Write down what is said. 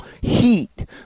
heat